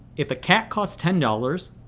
if a cat costs ten dollars,